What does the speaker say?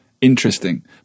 interesting